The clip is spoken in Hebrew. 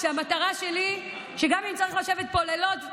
המטרה שלי היא שגם אם צריך לשבת פה לילות וימים,